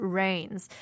rains